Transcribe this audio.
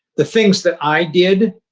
the things that i did,